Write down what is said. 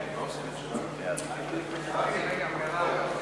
ההצעה להעביר את